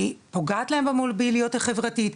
היא פוגעת להם במוביליות החברתית,